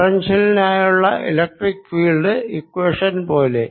പൊട്ടൻഷ്യലിനായുള്ള electric field equation പോലെ